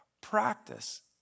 practice